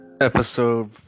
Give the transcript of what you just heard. Episode